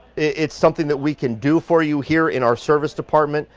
it's something that we can do for you here in our service department,